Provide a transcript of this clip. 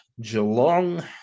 Geelong